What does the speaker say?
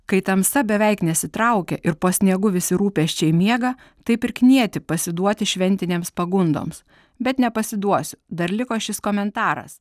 kai tamsa beveik nesitraukia ir po sniegu visi rūpesčiai miega taip ir knieti pasiduoti šventinėms pagundoms bet nepasiduosiu dar liko šis komentaras